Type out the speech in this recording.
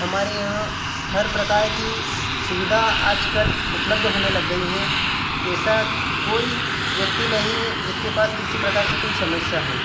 हमारे यहाँ हर प्रकार की सुविधा आजकल उपलब्ध होने लग गई हैं एसा कोई व्यक्ति नहीं है जिसके पास किसी प्रकार की कोई समस्या है